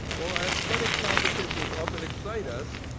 while our athletic competitions often excite us,